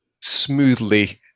smoothly